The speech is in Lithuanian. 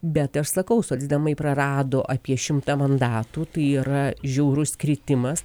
bet aš sakau socdemai prarado apie šimtą mandatų tai yra žiaurus kritimas